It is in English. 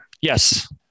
Yes